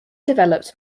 developed